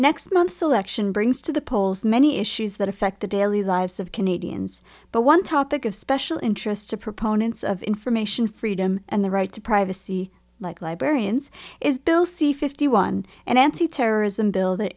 next month's election brings to the polls many issues that affect the daily lives of canadians but one topic of special interest to proponents of information freedom and the right to privacy like librarians is bill c fifty one and antiterrorism bil